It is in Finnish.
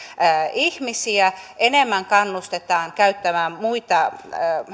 ihmisiä enemmän kannustetaan käyttämään muita